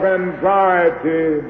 anxiety